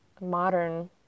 modern